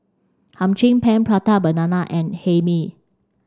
Hum Chim Peng Prata banana and Hae Mee